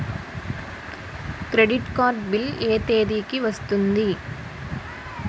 Credit card bill ఎ తేదీ కి వస్తుంది?